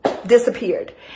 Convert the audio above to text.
disappeared